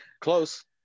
close